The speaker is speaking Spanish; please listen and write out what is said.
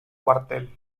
cuartel